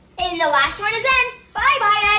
and the last one is n! bye, bye ah